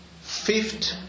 Fifth